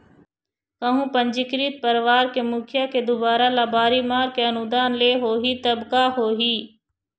कहूँ पंजीकृत परवार के मुखिया के दुवारा लबारी मार के अनुदान ले होही तब का होही?